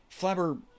flabber